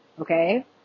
Okay